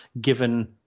given